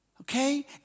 Okay